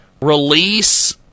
release